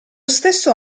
stesso